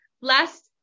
last